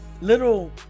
Little